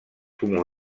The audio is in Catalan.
comú